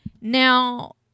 Now